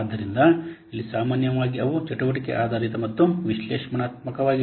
ಆದ್ದರಿಂದ ಇಲ್ಲಿ ಸಾಮಾನ್ಯವಾಗಿ ಅವು ಚಟುವಟಿಕೆ ಆಧಾರಿತ ಮತ್ತು ವಿಶ್ಲೇಷಣಾತ್ಮಕವಾಗಿವೆ